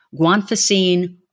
guanfacine